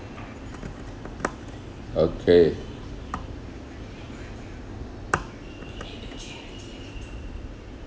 okay